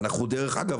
ודרך אגב,